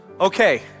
Okay